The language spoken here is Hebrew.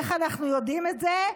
איך אנחנו יודעים את זה?